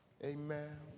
Amen